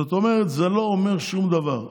זאת אומרת, זה לא אומר שום דבר.